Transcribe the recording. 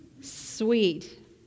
Sweet